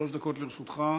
שלוש דקות לרשותך.